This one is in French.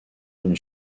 d’une